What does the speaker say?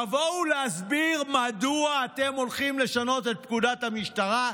תבואו להסביר מדוע אתם הולכים לשנות את פקודת המשטרה,